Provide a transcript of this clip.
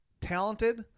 talented